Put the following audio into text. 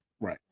right